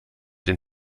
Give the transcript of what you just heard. den